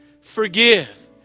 Forgive